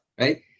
right